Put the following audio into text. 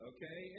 Okay